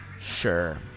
sure